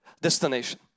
destination